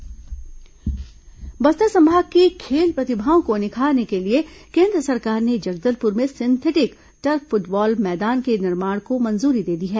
Bastar football मैदान बस्तर संभाग की खेल प्रतिभाओं को निखारने के लिए केन्द्र सरकार ने जगदलपुर में सिंथेटिक टर्फ फुटबॉल मैदान के निर्माण को मंजूरी दे दी है